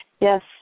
Yes